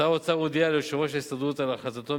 שר האוצר הודיע ליושב-ראש ההסתדרות על החלטתו,